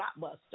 Blockbuster